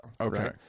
Okay